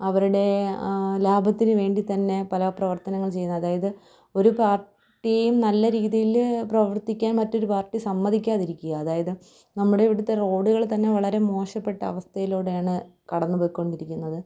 അവരുടെ ആ ലാഭത്തിന് വേണ്ടി തന്നെ പല പ്രവർത്തനങ്ങൾ ചെയ്യുന്നു അതായത് ഒരു പാർട്ടിയും നല്ല രീതിയിൽ പ്രവർത്തിക്കാൻ മറ്റൊരു പാർട്ടി സമ്മതിക്കാതിരിക്കുക അതായത് നമ്മുടെ ഇവിടുത്തെ റോഡുകള് തന്നെ വളരെ മോശപെട്ട അവസ്ഥയിലൂടെയാണ് കടന്ന് പോയിക്കൊണ്ടിരിക്കുന്നത്